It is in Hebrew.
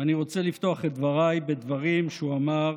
ואני רוצה לפתוח את דבריי בדברים שהוא אמר